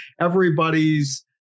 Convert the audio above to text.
Everybody's